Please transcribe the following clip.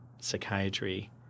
psychiatry